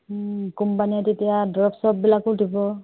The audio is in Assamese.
কোম্পানীয়ে তেতিয়া দৰব চৰববিলাকো দিব